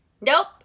nope